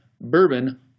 bourbon